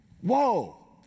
whoa